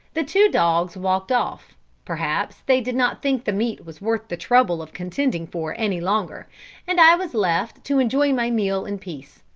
the two dogs walked off perhaps they did not think the meat was worth the trouble of contending for any longer and i was left to enjoy my meal in peace.